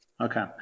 Okay